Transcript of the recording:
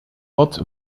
wat